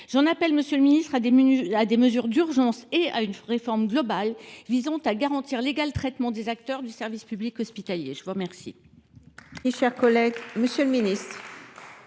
J’en appelle, monsieur le ministre, à des mesures d’urgence et à une réforme globale visant à garantir l’égal traitement des acteurs du service public hospitalier. La parole